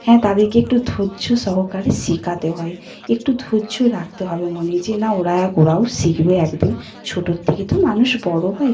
হ্যাঁ তাদেরকে একটু ধৈর্য সহকারে শেখাতে হয় একটু ধৈর্য রাখতে হবে মনে যে না ওরা এক ওরাও শিখবে এক দিন ছোটোর থেকে তো মানুষ বড় হয়